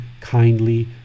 kindly